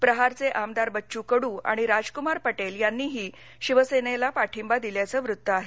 प्रहारचे आमदार बच्चू कडू आणि राजक्मार पटेल यांनीही शिवसेनेला पाठिंबा दिल्याचं ही वृत्त आहे